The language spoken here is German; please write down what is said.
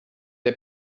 der